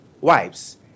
wipes